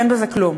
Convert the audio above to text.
אין בזה כלום.